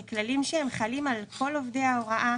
הם חלים על כל עובדי ההוראה